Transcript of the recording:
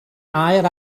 air